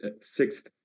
sixth